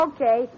Okay